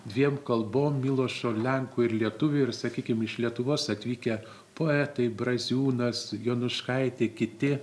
dviem kalbom milošo lenkų ir lietuvių ir sakykim iš lietuvos atvykę poetai braziūnas jonuškaitė kiti